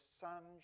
sun